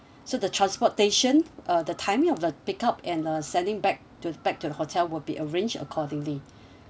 so the transportation uh the timing of the pick up and uh sending back to back to the hotel will be arranged accordingly